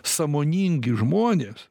sąmoningi žmonės